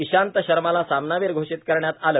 इशांत शर्माला सामनावीर घोषीत करण्यात आलं